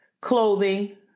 clothing